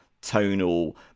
tonal